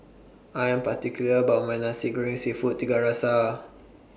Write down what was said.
I Am particular about My Nasi Goreng Seafood Tiga Rasa